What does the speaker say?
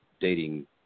Dating